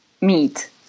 meat